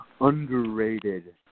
underrated